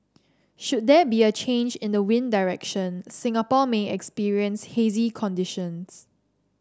should there be a change in the wind direction Singapore may experience hazy conditions